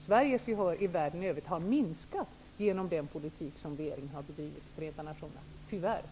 Sveriges gehör i världen i övrigt har tyvärr minskat genom den politik som regeringen har bedrivit i Förenta nationerna.